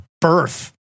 birth